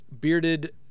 bearded